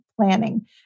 Planning